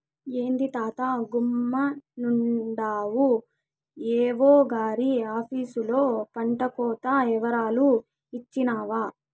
ఏంది తాతా గమ్మునుండావు ఏవో గారి ఆపీసులో పంటకోత ఇవరాలు ఇచ్చినావా